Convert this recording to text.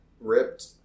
Ripped